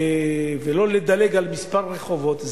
ולא לדלג על כמה רחובות,